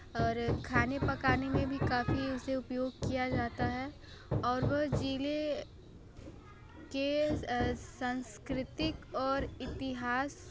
और खाने पकाने में भी काफ़ी उसे उपयोग किया जाता है और वह ज़िले के सांस्कृतिक और इतिहास